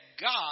God